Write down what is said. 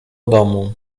domu